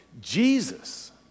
Jesus